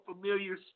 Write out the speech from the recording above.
familiar